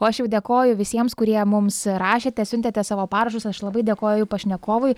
o aš jau dėkoju visiems kurie mums rašėte siuntėte savo parašus aš labai dėkoju pašnekovui